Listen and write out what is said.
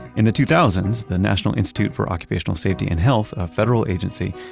in the two thousands, the national institute for occupational safety and health, a federal agency,